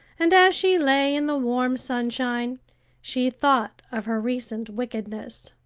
and as she lay in the warm sunshine she thought of her recent wickedness.